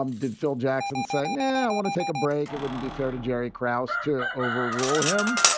um did phil jackson say, now i want to take a break? it wouldn't be fair to jerry krauss to overrule him.